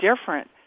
different